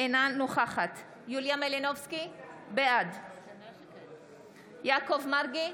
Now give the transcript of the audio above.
אינה נוכחת יוליה מלינובסקי, בעד יעקב מרגי,